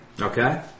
Okay